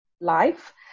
life